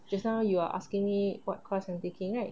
just now you're asking me what course I'm taking right